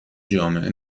جامعه